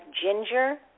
ginger